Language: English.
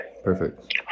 Perfect